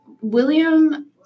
William